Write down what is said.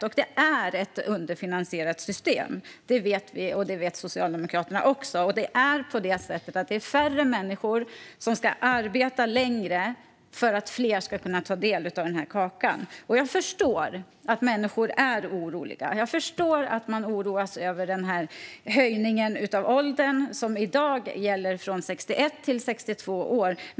Det är ett underfinansierat system, vilket vi och även Socialdemokraterna vet. Färre människor ska arbeta längre för att fler ska kunna ta del av kakan. Jag förstår att människor är oroliga och oroas av åldershöjningen. I dag gäller det en höjning från 61 till 62 år.